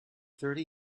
thirty